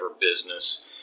business